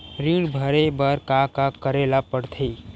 ऋण भरे बर का का करे ला परथे?